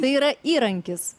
tai yra įrankis